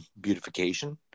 beautification